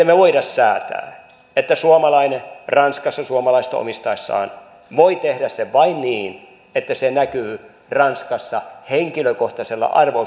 me voimme säätää että suomalainen ranskassa omistaessaan voi tehdä sen vain niin että se näkyy ranskassa henkilökohtaisella arvo